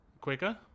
quicker